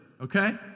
okay